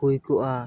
ᱦᱩᱭ ᱠᱚᱜᱼᱟ